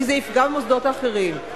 כי זה יפגע במוסדות אחרים.